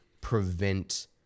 prevent